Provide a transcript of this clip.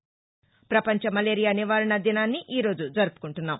పపంచ మలేరియా నివారణ దినాన్ని ఈ రోజు జరుపుకుంటున్నాం